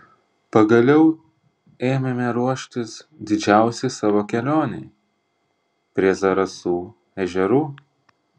pagaliau ėmėme ruoštis didžiausiai savo kelionei prie zarasų ežerų